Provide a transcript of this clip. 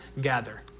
gather